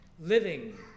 Living